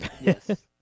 Yes